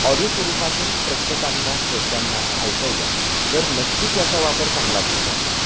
audio स्वरूपातून प्रेक्षकांना श्रोत्यांना ऐकवल्या तर नक्कीच याचा वापर चांगला होऊ शकतो